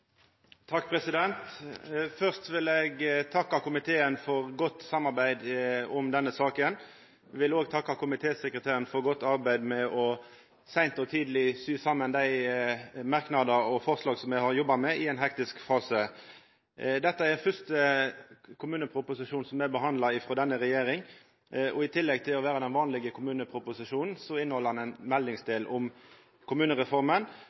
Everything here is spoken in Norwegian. vil eg takka komiteen for godt samarbeid om denne saka. Eg vil òg takka komitésekretæren for godt arbeid seint og tidleg med å sy saman dei merknadar og forslag som me har jobba med i ein hektisk fase. Dette er fyrste kommuneproposisjonen som blir behandla frå denne regjeringa. I tillegg til å vera den vanlege kommuneproposisjonen, inneheld han òg ein meldingsdel om kommunereforma.